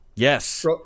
Yes